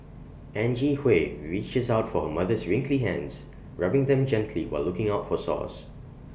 Angie Hui reaches out for her mother's wrinkly hands rubbing them gently while looking out for sores